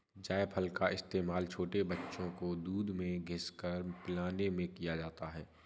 जायफल का इस्तेमाल छोटे बच्चों को दूध में घिस कर पिलाने में किया जाता है